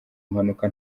mpanuka